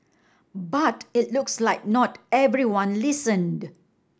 but it looks like not everyone listened